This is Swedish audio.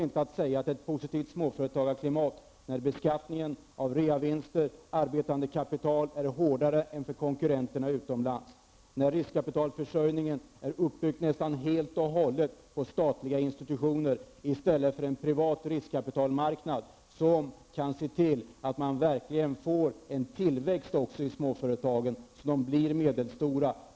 Detsamma gäller när beskattningen av reavinster och arbetande kapital är hårdare än för småföretagens konkurrenter utomlands. Riskkapitalförsörjningen är uppbyggd nästan helt på statliga institutioner i stället för på en privat riskkapitalmarknad, som kan se till att man verkligen också får en tillväxt i småföretagen, så att de blir medelstora.